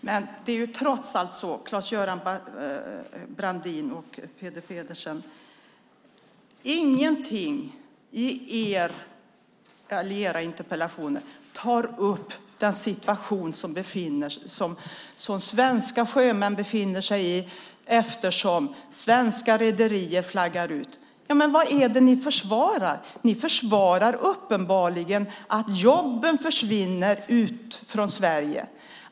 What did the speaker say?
Men det är trots allt så, Claes-Göran Brandin och Peter Pedersen, att ni i era interpellationer inte tar upp den situation som svenska sjömän befinner sig i, eftersom svenska rederier flaggar ut. Men vad är det ni försvarar? Ni försvarar uppenbarligen att jobben försvinner från Sverige.